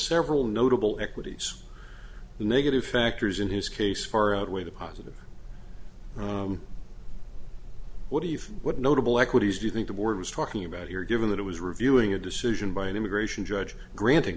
several notable equities the negative factors in his case far outweigh the positive what do you feel what notable equities do you think the board was talking about here given that it was reviewing a decision by an immigration judge granting